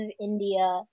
India